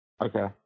Okay